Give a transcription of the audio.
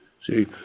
See